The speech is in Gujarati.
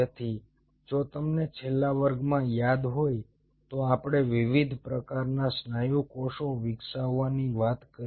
તેથી જો તમને છેલ્લા વર્ગમાં યાદ હોય તો આપણે વિવિધ પ્રકારના સ્નાયુ કોષો વિકસાવવાની વાત કરી